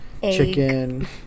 chicken